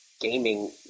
gaming